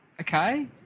okay